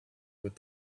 with